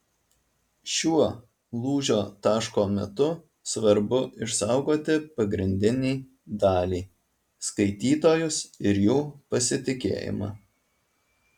šiuo lūžio taško metu svarbu išsaugoti pagrindinį dalį skaitytojus ir jų pasitikėjimą